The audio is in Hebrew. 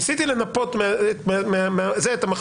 ניסיתי לנפות את המחלוקת.